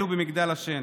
אלו במגדל השן.